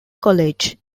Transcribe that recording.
college